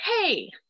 hey